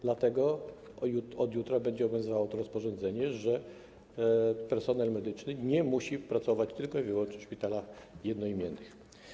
Dlatego od jutra będzie obowiązywało to rozporządzenie, że personel medyczny nie musi pracować tylko i wyłącznie w szpitalach jednoimiennych.